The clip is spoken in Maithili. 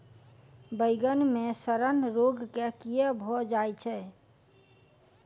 बइगन मे सड़न रोग केँ कीए भऽ जाय छै?